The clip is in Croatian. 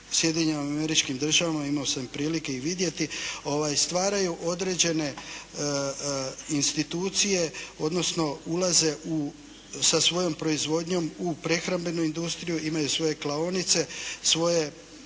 Sjedinjenim Američkim Državama imao sam prilike i vidjeti stvaraju određene institucije odnosno ulaze sa svojom proizvodnjom u prehrambenu industriju, imaju svoje klaonice, svoje